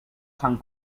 sant